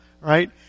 right